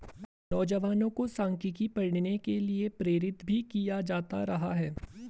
नौजवानों को सांख्यिकी पढ़ने के लिये प्रेरित भी किया जाता रहा है